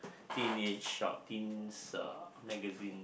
teenage teens uh magazine